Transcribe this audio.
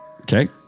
okay